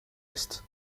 est